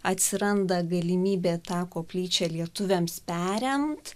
atsiranda galimybė tą koplyčią lietuviams perimti